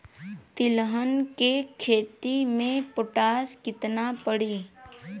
तिलहन के खेती मे पोटास कितना पड़ी?